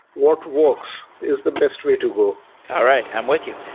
what works is the best way to go all right. i'm with you.